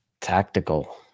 tactical